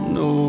no